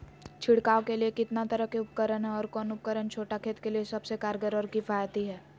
छिड़काव के लिए कितना तरह के उपकरण है और कौन उपकरण छोटा खेत के लिए सबसे कारगर और किफायती है?